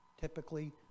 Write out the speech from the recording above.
typically